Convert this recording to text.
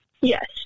Yes